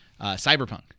cyberpunk